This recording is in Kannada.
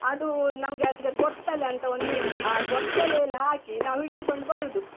ಅದೂ ನಮಗೆ ಅದಕ್ಕೆ ಗೊರ್ತಲೆ ಅಂತ ಒಂದುಂಟು ಆ ಗೊರ್ತಲೆಯಲ್ಲಿ ಹಾಕಿ ನಾವು ಹಿಡಿದುಕೊಂಡು ಬರೋದು